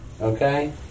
Okay